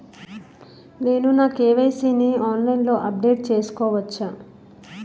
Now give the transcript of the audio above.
నేను నా కే.వై.సీ ని ఆన్లైన్ లో అప్డేట్ చేసుకోవచ్చా?